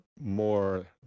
more